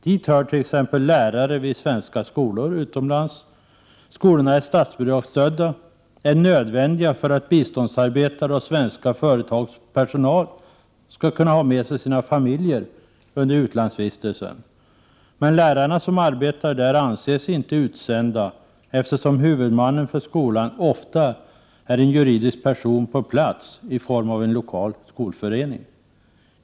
Dit hör t.ex. lärare vid svenska skolor utomlands. Skolorna är statsbidragsstödda, och de är nödvändiga för att biståndsarbetare och svenska företags personal skall kunna ha med sig sina familjer under utlandsvistelsen. Men lärarna som arbetar där anses inte ”utsända”, eftersom huvudmannen för skolan ofta är en juridisk person på plats i form av en lokal skolförening.